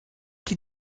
die